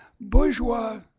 Bourgeois